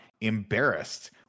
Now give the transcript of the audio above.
embarrassed